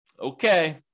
Okay